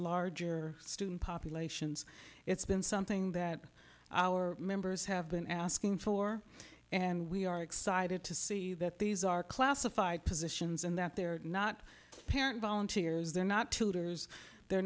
larger student populations it's been something that our members have been asking for and we are excited to see that these are classified positions and that they're not parent volunteers they're not tutors they're